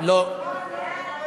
לא.